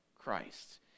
Christ